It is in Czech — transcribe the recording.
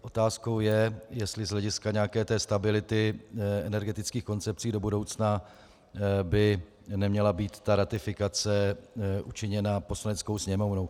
Otázkou je, jestli z hlediska nějaké stability energetických koncepcí do budoucna by neměla být ratifikace učiněna Poslaneckou sněmovnou.